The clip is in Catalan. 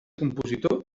compositor